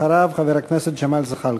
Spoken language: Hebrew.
אחריו, חבר הכנסת ג'מאל זחאלקה.